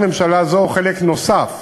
חלק נוסף,